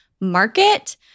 market